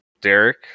Derek